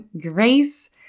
grace